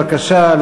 בבקשה,